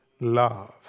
love